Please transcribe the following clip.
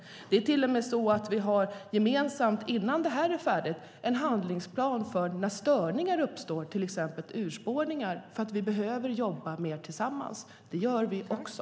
Det är till och med så att vi innan det här är färdigt gemensamt har en handlingsplan för när störningar uppstår, till exempel urspårningar, för att vi behöver jobba mer tillsammans. Det gör vi också.